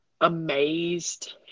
amazed